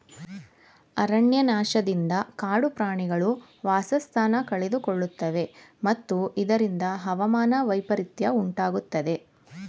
ಅರಣ್ಯನಾಶದಿಂದ ಕಾಡು ಪ್ರಾಣಿಗಳು ವಾಸಸ್ಥಾನ ಕಳೆದುಕೊಳ್ಳುತ್ತವೆ ಮತ್ತು ಇದರಿಂದ ಹವಾಮಾನ ವೈಪರಿತ್ಯ ಉಂಟಾಗುತ್ತದೆ